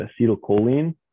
acetylcholine